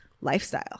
lifestyle